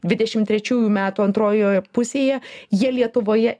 dvidešim trečiųjų metų antrojoje pusėje jie lietuvoje